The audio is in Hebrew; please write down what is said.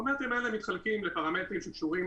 הפרמטרים האלה מתחלקים לפרמטרים שקשורים